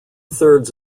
thirds